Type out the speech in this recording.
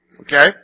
Okay